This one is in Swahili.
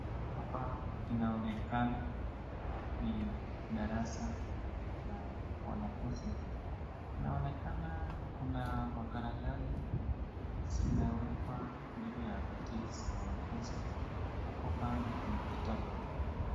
Hapa inaonekana ni darasa la wanafuzi. Inaonekana kuna makaratasi zimewekwa juu ya viti za wanafuzi, uko kando kuna vitabu.